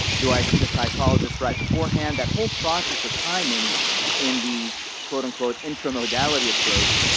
do i see the psychologist right beforehand? that whole process of timing in the quote, unquote intramodality approach,